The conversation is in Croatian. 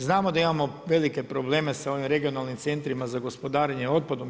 Znamo da imamo velike probleme sa ovim regionalnim centrima za gospodarenje otpadom.